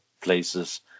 places